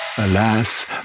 Alas